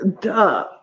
Duh